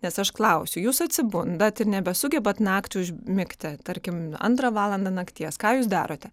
nes aš klausiu jūs atsibundat ir nebesugebat naktį užmigti tarkim antrą valandą nakties ką jūs darote